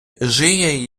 жиє